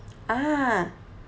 ah